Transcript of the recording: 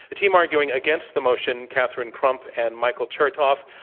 the team arguing against the motion, catherine crump and michael chertoff,